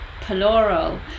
plural